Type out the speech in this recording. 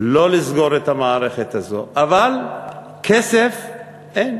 לא לסגור את המערכת הזאת, אבל כסף אין,